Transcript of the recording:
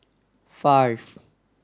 five